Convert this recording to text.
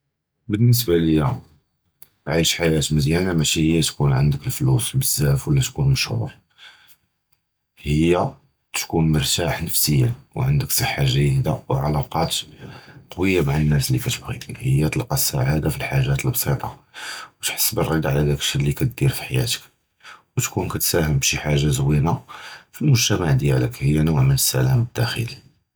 3: בֶּנְסְבַּא לִיָא עַיִּיש חַיַּאת מְזִיּאַנָה מַאְשִי הִי תִּקוּן עַנְדְכּ לְפְלוּס בְּזַבַּא וְלָא תִּקוּן מָשְהוּר, הִי תִּקוּן מְרְתַּח נַפְסִיָּאן וְעַנְדְכּ סַחָה גְּ'יּוּדָה וְעְלָאקַּאת קְוִיַּה מַעַ הַנָּאס לִי כִּתְבַג'בְּכּ, הִי תַּלְקָא הַסַּעָאדָה פִי הַחַאגַּאת הַבְּסִיטָה וְתַּחְס בְּלְרְדָּא עַל דַּאקּ שִׁי לִי כַּדִּיר פִי חַיַּאתְכּ, וְתִּקוּן כִּתְסַהַם בְּשִי חַאגַּה זוּיִנָה פִי הַמֻּגְתְמַע דִיָּאלְכּ הִי נּוּעּ מִן הַסְּלַאם הַדַּاخְלִי.